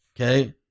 Okay